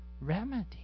remedy